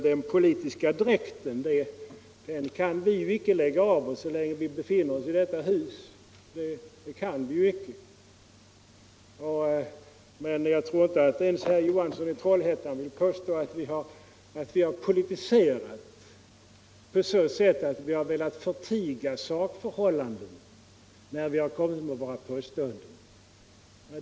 Den politiska dräkten kan vi ju icke lägga av så länge vi befinner oss i detta hus. Men jag tror inte att ens herr Johansson i Trollhättan vill hävda att vi har politiserat på så sätt att vi har velat förtiga sakförhållanden när vi har framfört våra påståenden.